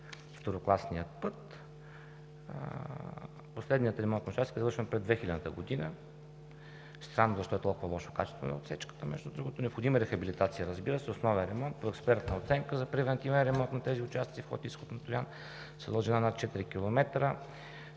второкласния път, последният ремонт на участъка е извършен през 2000 г. Странно е защо е толкова лошо качеството на отсечката, между другото. Необходима е рехабилитация, разбира се, основен ремонт, експертна оценка за превантивен ремонт на тези участъци на входа и изхода на Троян с дължина над 4 км.